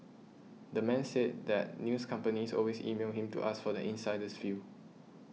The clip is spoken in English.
the man says that news companies always email him to ask for the insider's view